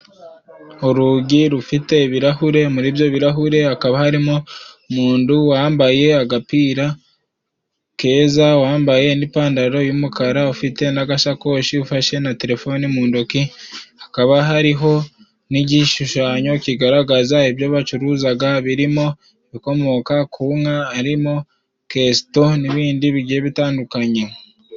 Urugi rufite ibirahure muri ibyo birahure hakaba harimo umundu wambaye agapira keza ,wambaye n'ipandaro y'umukara , ufite n'agasakoshi, ufashe na telefone mu ntoki ,hakaba hariho n'igishushanyo kigaragaza ibyo bacuruzaga birimo ibikomoka ku nka harimo kesito n'ibindi bigiye bitandukanye.